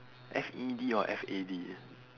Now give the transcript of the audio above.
F E D or F A D